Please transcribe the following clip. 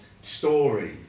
story